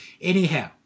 anyhow